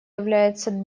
является